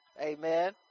amen